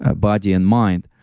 ah body and mind,